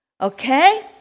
Okay